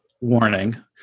warning